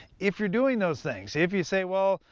if you're doing those things if you say, well,